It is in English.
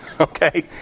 Okay